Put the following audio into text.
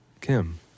Kim